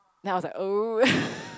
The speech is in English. then I was like oo